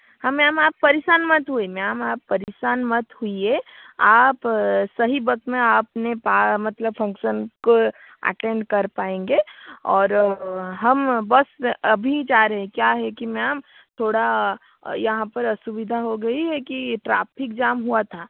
हाँ मैम आप परेशान मत होइए मैम आप परेशान मत होइए आप सही वक़्त में आप ने पा मतलब फंक्सन को अटेंड कर पाएंगे और हम बस अभी जा रहे क्या है कि मैम थोड़ा यहाँ पर असुविधा हो गई है कि ट्राफिक जाम हुआ था